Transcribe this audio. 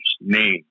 name